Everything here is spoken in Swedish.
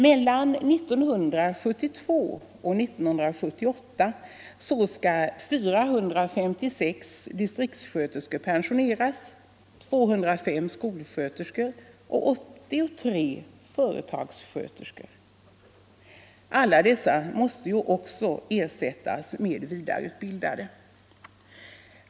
Mellan 1972 och 1978 skall 456 distriktssköterskor, 205 skolsköterskor och 83 företagssköterskor pensioneras. Alla dessa måste också ersättas med vidareutbildade.